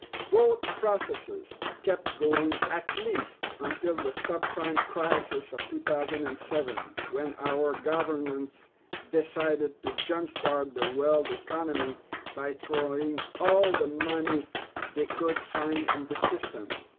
both processes kept going at least until the subprime crisis of two thousand and seven when our governments decided to jumpstart the world economy by throwing all the money they could find in the system,